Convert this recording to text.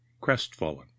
crestfallen